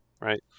right